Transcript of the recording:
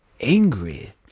angry